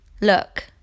Look